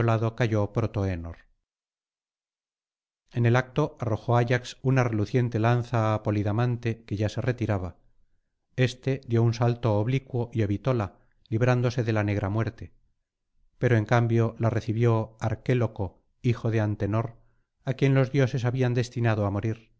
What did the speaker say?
cayó protoenor en el acto arrojó ayax una reluciente lanza á polidamante que ya se retiraba éste dio un salto oblicuo y evitóla librándose de la negra muerte pero en cambio la recibió arquéloco hijo de antenor á quien los dioses habían destinado á morir